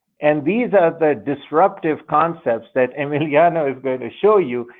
and these are the disruptive concepts that emiliano is going to show you,